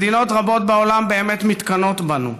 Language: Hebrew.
ומדינות רבות בעולם באמת מתקנאות בנו,